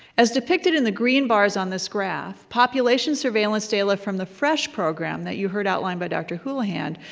as depicted in the green bars on this graph, population surveillance data from the phresh program, that you heard outlined by dr. hulihan,